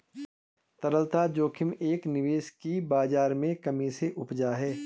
तरलता जोखिम एक निवेश की बाज़ार में कमी से उपजा है